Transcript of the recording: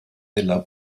della